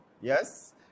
yes